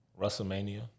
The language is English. WrestleMania